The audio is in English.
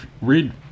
read